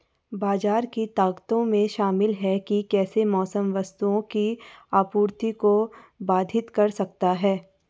बाजार की ताकतों में शामिल हैं कि कैसे मौसम वस्तुओं की आपूर्ति को बाधित कर सकता है